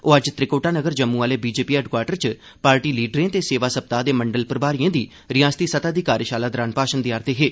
ओह अज्ज त्रिकुटा नगर जम्मू आह्ले बीजेपी हैडक्वार्टर च पार्टी लीडरे ते सेवा सप्ताह दे मंडल प्रमारिएं दी रिआसती सतह दी कार्यशाला दौरान भाषण देआ'रदे हे